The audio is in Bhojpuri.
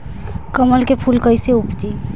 कमल के फूल कईसे उपजी?